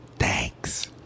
Thanks